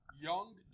young